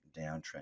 downtrend